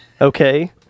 okay